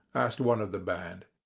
asked one of the band.